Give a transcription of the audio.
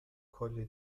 کلی